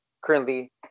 currently